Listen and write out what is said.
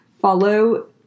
follow